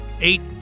eight